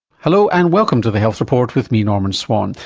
hello, and welcome to the health report with me, norman swan.